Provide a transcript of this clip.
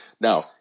Now